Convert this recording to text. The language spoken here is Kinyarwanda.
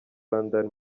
london